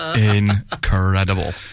...incredible